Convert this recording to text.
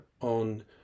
on